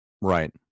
Right